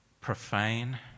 profane